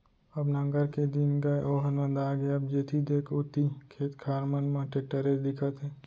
अब नांगर के दिन गय ओहर नंदा गे अब जेती देख ओती खेत खार मन म टेक्टरेच दिखत हे